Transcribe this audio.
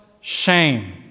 shame